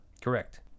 Correct